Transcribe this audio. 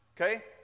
Okay